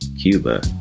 Cuba